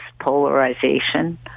polarization